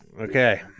Okay